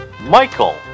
Michael